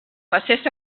passés